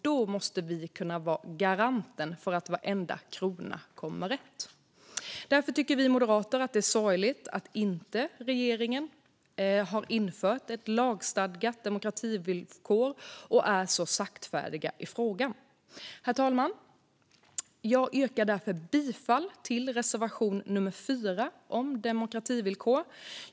Då måste vi kunna vara garanten för att varenda krona kommer rätt. Därför tycker vi moderater att det är sorgligt att regeringen inte har infört ett lagstadgat demokrativillkor och att man är så saktfärdig i frågan. Herr talman! Jag yrkar därför bifall till reservation nummer 4 om demokrativillkor.